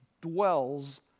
dwells